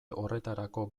horretarako